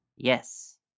Yes